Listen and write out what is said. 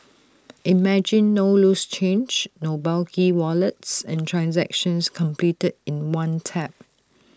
imagine no loose change no bulky wallets and transactions completed in one tap